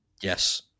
Yes